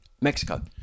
Mexico